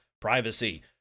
Privacy